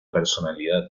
personalidad